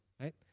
right